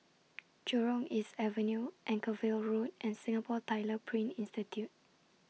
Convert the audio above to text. Jurong East Avenue Anchorvale Road and Singapore Tyler Print Institute